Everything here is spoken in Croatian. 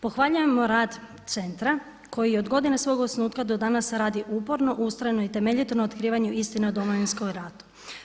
Pohvaljujemo rad centra koji je od godine svog osnutka do danas radi uporno, ustrajno i temeljito na otkrivanju istine o Domovinskom ratu.